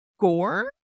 gore